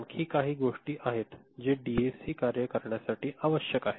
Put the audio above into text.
आणखीही काही गोष्टी आहेत जे डीएसी कार्य करण्यासाठी आवश्यक आहे